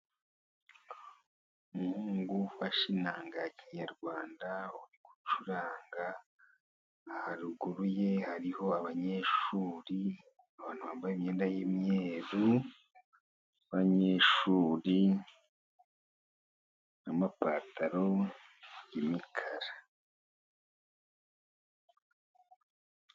Umuhungu ufashe inanga ya kinyarwanda, uri gucuranga. Haruguru ye hariho abanyeshuri, abantu bambaye imyenda y'imyeru, abanyeshuri n'amapataro y'imikara.